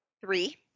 Three